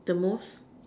the most